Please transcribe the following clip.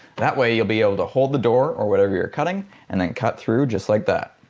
that way you'll be able to hold the door or whatever you're cutting and then cut through just like that.